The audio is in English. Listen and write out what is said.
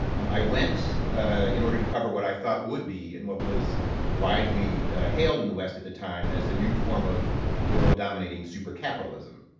um i went in order to cover what i thought would be, and what was widely hailed in the west at that time as a new form of world-dominating super-capitalism.